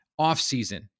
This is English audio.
offseason